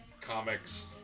comics